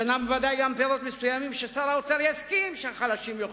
בוודאי יש גם פירות מסוימים ששר האוצר יסכים שהחלשים יאכלו,